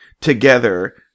together